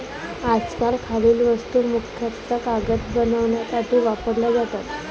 आजकाल खालील वस्तू मुख्यतः कागद बनवण्यासाठी वापरल्या जातात